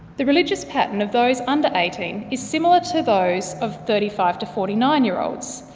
the religious pattern of those under eighteen is similar to those of thirty five to forty nine year olds,